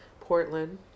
Portland